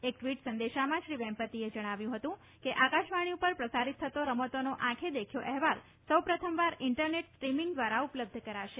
એક ટ્વીટ સંદેશામાં શ્રી વેમ્પતીએ જણાવ્યું હતું કે આકાશવાણી પર પ્રસારીત થતો રમતોનો આંખે દેખ્યો અહેવાલ સો પ્રથમ વાર ઇન્ટરનેટ સ્ટ્રીમીગ દ્વારા ઉપલબ્ધ કરાશે